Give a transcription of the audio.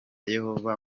yehova